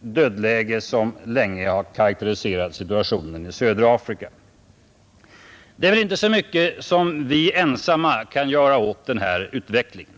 dödläge som länge har karakteriserat situationen i södra Afrika. Det är väl inte så mycket som vi ensamma kan göra åt den här utvecklingen.